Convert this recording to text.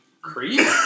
creep